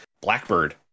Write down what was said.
blackbird